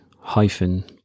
hyphen